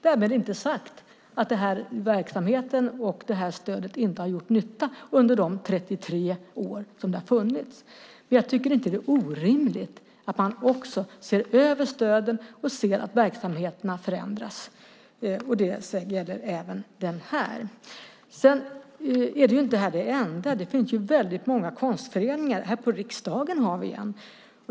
Därmed är det inte sagt att den här verksamheten och det här stödet inte har gjort nytta under de 33 år som det har funnits. Men jag tycker inte att det är orimligt att man ser över stöden och ser att verksamheterna förändras. Det gäller även den här. Det här är inte det enda. Det finns många konstföreningar. Här på riksdagen har vi en.